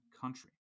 country